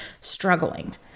struggling